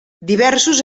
diversos